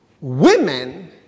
women